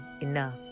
enough